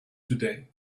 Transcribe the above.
today